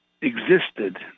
existed